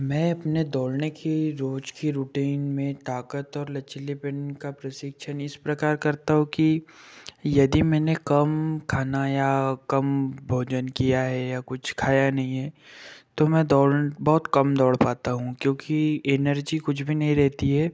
मैं अपने दौड़ने की रोज की रूटीन में ताकत और लचीलेपन का प्रशिक्षण इस प्रकार करता हूँ कि यदि मैंने कम खाना या कम भोजन किया है या कुछ खाया नहीं है तो मैं दौड़ बहुत कम दौड़ पाता हूँ क्योंकि एनर्जी कुछ भी नहीं रहती है